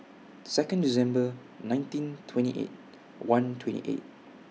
Second December nineteen twenty eight one twenty eight